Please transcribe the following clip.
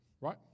right